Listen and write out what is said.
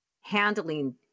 handling